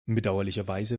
bedauerlicherweise